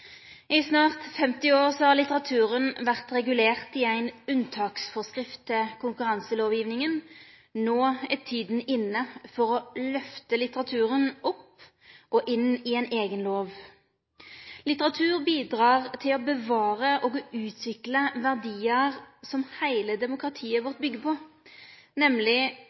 I snart 50 år har litteraturen vore regulert i ei unntaksforskrift til konkurranselovgjevinga. No er tida inne for å løfte litteraturen opp og inn i ein eigen lov. Litteratur bidrar til å bevare og utvikle verdiar som heile demokratiet vårt byggjer på,